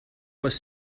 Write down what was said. was